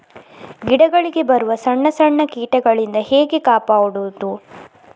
ಗಿಡಗಳಿಗೆ ಬರುವ ಸಣ್ಣ ಸಣ್ಣ ಕೀಟಗಳಿಂದ ಹೇಗೆ ಕಾಪಾಡುವುದು?